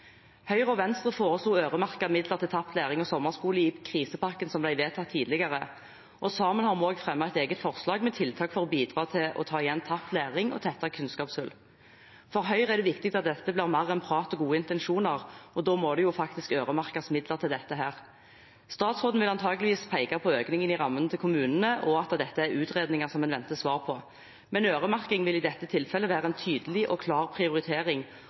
Høyre og Venstre foreslo å øremerke midler til tapt læring og sommerskole i forbindelse med krisepakken som ble vedtatt tidligere, og sammen har vi også fremmet et eget forslag med tiltak for å bidra til å ta igjen tapt læring og tette kunnskapshull. For Høyre er det viktig at dette blir mer enn prat og gode intensjoner, og da må det faktisk øremerkes midler til dette. Statsråden vil antakeligvis peke på økningen i rammen til kommunene og at det er utredninger som en venter svar på, men øremerking vil i dette tilfellet være en tydelig og klar prioritering,